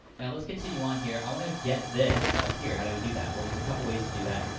now let's continue on here. i want to get this up here. how do we do that? well, there's a couple ways to do that.